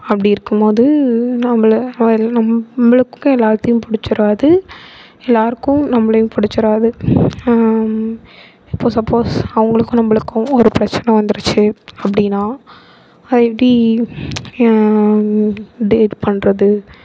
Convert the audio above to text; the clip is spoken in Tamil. அப்படி இருக்கும்போது நம்மள வெல் நம்மளுக்கும் எல்லாத்தையும் பிடிச்சிறாது எல்லோருக்கும் நம்மளையும் பிடிச்சிறாது இப்போ சப்போஸ் அவங்களுக்கும் நம்மளுக்கும் ஒரு பிரச்சனை வந்துருச்சு அப்படின்னா அதை எப்படி டீல் பண்ணுறது